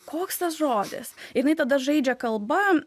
koks tas žodis jinai tada žaidžia kalba